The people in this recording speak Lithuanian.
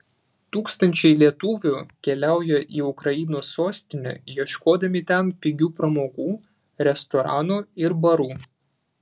tūkstančiai lietuvių keliaują į ukrainos sostinę ieškodami ten pigių pramogų restoranų ir barų